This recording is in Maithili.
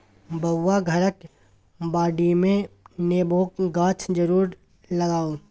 बौआ घरक बाडीमे नेबोक गाछ जरुर लगाउ